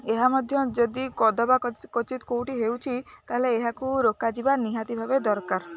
ଏହା ମଧ୍ୟ ଯଦି କଦବା କ୍ଵଚିତ କେଉଁଠି ହେଉଛି ତା'ହେଲେ ଏହାକୁ ରୋକାଯିବା ନିହାତି ଭାବେ ଦରକାର